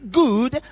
good